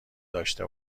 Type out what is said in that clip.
داشته